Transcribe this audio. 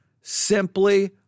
Simply